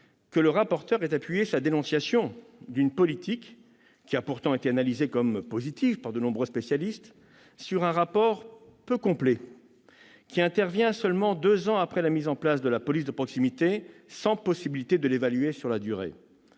que le rapporteur ait appuyé sa dénonciation d'une politique, pourtant analysée comme positive par de nombreux spécialistes, sur un rapport peu complet qui est intervenu seulement deux ans après la mise en place de la police de proximité et n'a pas permis d'évaluer celle-ci sur la durée.